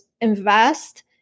invest